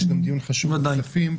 יש דיון חשוב בוועדת הכספים.